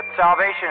salvation